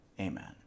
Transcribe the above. Amen